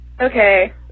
Okay